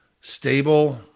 stable